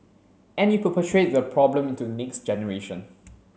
and you perpetuate the problem into the next generation